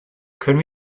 können